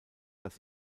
das